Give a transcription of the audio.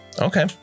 Okay